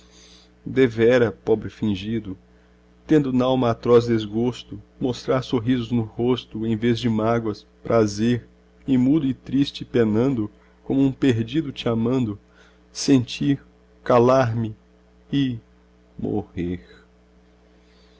devera pobre fingido tendo nalma atroz desgosto mostrar sorrisos no rosto em vez de mágoas prazer e mudo e triste e penando como um perdido te amando sentir calar-me e morrer